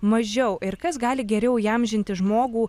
mažiau ir kas gali geriau įamžinti žmogų